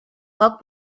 как